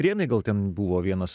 prienai gal ten buvo vienas